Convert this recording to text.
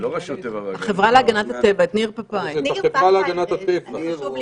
את ניר פפאי מהחברה להגנת הטבע.